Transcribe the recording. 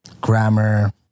grammar